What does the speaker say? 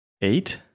eight